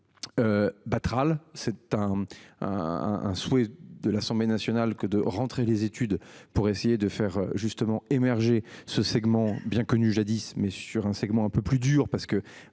un, un souhait de l'Assemblée nationale que de rentrer les études pour essayer de faire justement émergé ce segments bien connu jadis mais sur un segment en un peu plus dur parce que